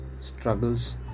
struggles